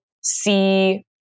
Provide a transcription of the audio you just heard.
see